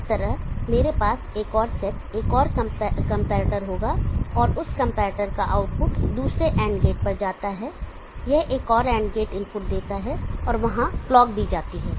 इसी तरह मेरे पास एक और सेट एक और कंपैरेटर होगा और उस कंपैरेटर का आउटपुट दूसरे AND गेट पर जाता है यह एक और AND गेट इनपुट देता है और वहां क्लॉक दी जाती है